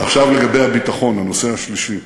עכשיו לגבי הביטחון, הנושא השלישי.